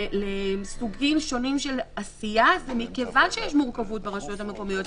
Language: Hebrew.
לסוגים שונים של עשייה זה מכיוון שיש מורכבות ברשויות המקומיות.